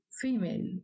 female